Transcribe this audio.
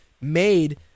made